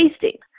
tasting